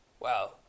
wow